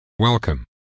Welcome